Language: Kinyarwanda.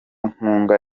nkunga